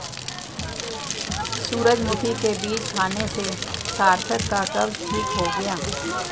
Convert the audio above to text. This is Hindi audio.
सूरजमुखी के बीज खाने से सार्थक का कब्ज ठीक हो गया